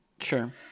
Sure